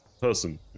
person